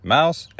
Mouse